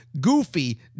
goofy